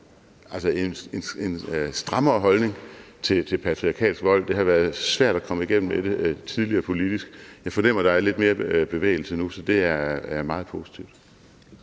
en strammere holdning til patriarkalsk vold. Det har politisk været svært at komme igennem med det tidligere. Jeg fornemmer, at der er lidt mere bevægelse nu, så det er meget positivt.